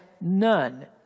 none